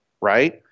right